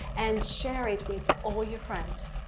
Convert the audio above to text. and share it with all your friends.